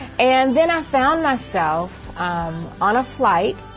and then i found myself on a flight,